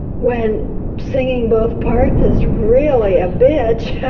when singing both parts is really a bitch.